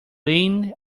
leaned